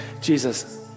Jesus